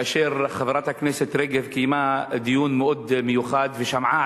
כאשר חברת הכנסת רגב קיימה דיון מאוד מיוחד ושמעה